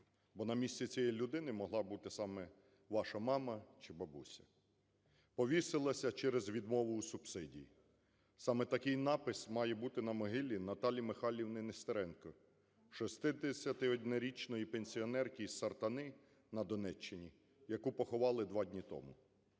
бо на місці цієї людини могла бути саме ваша мама чи бабуся. Повісилася через відмову у субсидії – саме такий напис має бути на могилі Наталі Михайлівни Нестеренко, 61-річної пенсіонерки ізСартани на Донеччині, яку поховали два дні тому.